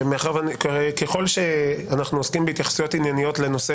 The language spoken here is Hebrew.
ככל שאנחנו עוסקים בהתייחסויות ענייניות לנושא